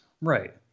Right